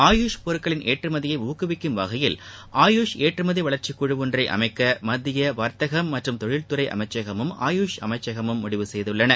ஆயுஷ் பொருட்களின் ஏற்றுமதியை ஊக்குவிக்கும் வகையில் ஆயுஷ் ஏற்றுமதி வளர்ச்சி குழு ஒன்றை அமைக்க மத்திய வர்த்தகம் மற்றும் தொழில்துறை அமைச்சகமும் ஆயுஷ் அமைச்சகமும் முடிவு செய்துள்ளன